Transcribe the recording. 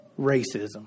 racism